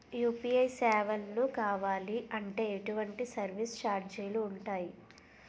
UPI సేవలను కావాలి అంటే ఎటువంటి సర్విస్ ఛార్జీలు ఉంటాయి?